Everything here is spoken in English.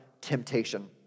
temptation